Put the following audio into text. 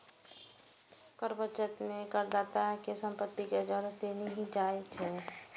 कर बचाव मे करदाता केर संपत्ति कें जब्त नहि कैल जाइ छै